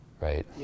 right